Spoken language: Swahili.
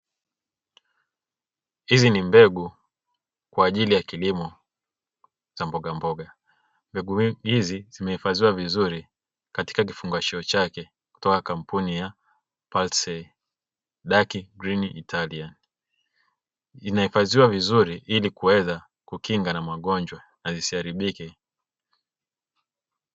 Hizi ni mbegu kwa ajili ya kilimo za mbogamboga. Mbegu hizi zimehifadhiwa vizuri katika kifungashio chake kutoka kampuni ya "Parsley dark green Italian", inahifadhiwa vizuri ili kuweza kukinga na magonjwa na zisiharibike.